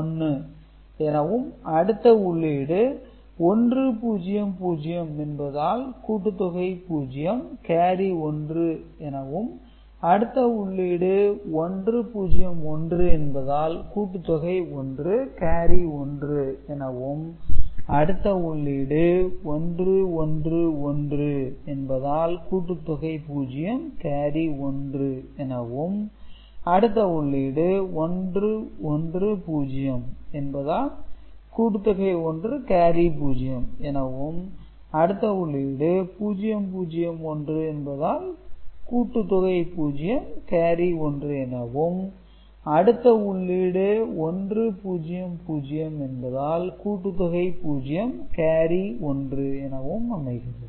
1 எனவும் அடுத்து உள்ளீடு 100 என்பதால் கூட்டுத்தொகை 0 கேரி 1 எனவும் அடுத்து உள்ளீடு 101 என்பதால் கூட்டுத்தொகை 1 கேரி 1 எனவும்அடுத்து உள்ளீடு 111 என்பதால் கூட்டுத்தொகை 0 கேரி 1 எனவும்அடுத்து உள்ளீடு 110 என்பதால் கூட்டுத்தொகை 1 கேரி 0 எனவும்அடுத்து உள்ளீடு 001 என்பதால் கூட்டுத்தொகை 0 கேரி 1 எனவும்அடுத்து உள்ளீடு 100 என்பதால் கூட்டுத்தொகை 0 கேரி 1 எனவும் அமைகிறது